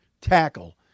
tackle